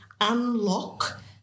unlock